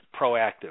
proactive